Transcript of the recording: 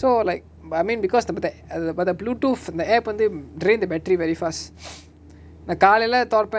so like but I mean because of the அதுல வார:athula vaara bluetooth அந்த:antha app வந்து:vanthu drain the battery very fast நா காலைல தொரப்ப